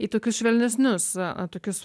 į tokius švelnesnius a tokius